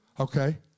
Okay